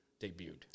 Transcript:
debuted